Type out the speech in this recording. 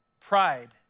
pride